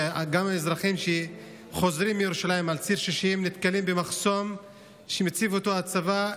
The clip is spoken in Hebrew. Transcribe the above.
וגם האזרחים שחוזרים מירושלים על ציר 60 נתקלים במחסום שמציב הצבא,